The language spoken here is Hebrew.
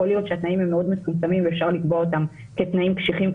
יכול להיות שהתנאים הם מאוד מצומצמים ואפשר לקבוע אותם כתנאים קשיחים,